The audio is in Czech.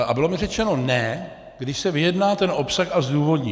A bylo mi řečeno ne, když se vyjedná ten obsah a zdůvodní.